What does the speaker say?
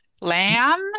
lamb